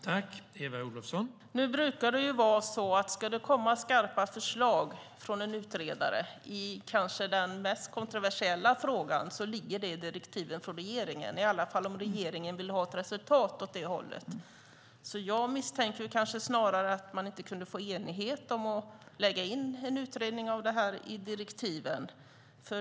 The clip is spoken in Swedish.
Herr talman! Nu brukar det vara så att om det ska komma skarpa förslag från en utredare i den kanske mest kontroversiella frågan ska direktivet komma från regeringen, i alla fall om regeringen vill ha ett resultat åt det hållet. Jag misstänker snarare att man inte kunde få enighet om att lägga in en utredning av detta i direktiven.